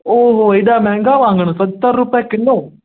ओ हो एॾा महांगा वाङण सतरि रुपए किलो